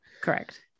correct